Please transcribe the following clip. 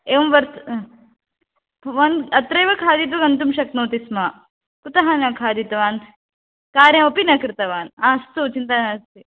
एवं वर्त् भवान् अत्रैव खादित्वा गन्तुं शक्नोति स्म कुतः न खादितवान् कार्यमपि न कृतवान् अस्तु चिन्ता नास्ति